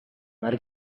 mari